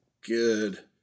good